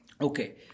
okay